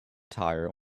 tire